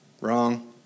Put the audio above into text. Wrong